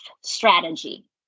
strategy